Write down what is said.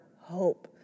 hope